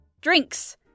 Drinks